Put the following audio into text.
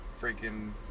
freaking